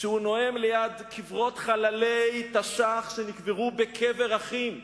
שהוא נואם ליד קברות חללי תש"ח שנקברו בקבר אחים.